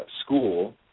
school